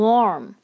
Warm